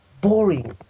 boring